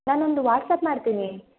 ನಾನೊಂದು ವಾಟ್ಸ್ಆ್ಯಪ್ ಮಾಡ್ತೀನಿ